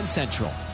central